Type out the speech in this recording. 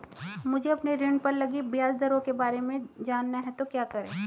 मुझे अपने ऋण पर लगी ब्याज दरों के बारे में जानना है तो क्या करें?